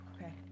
Okay